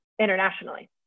internationally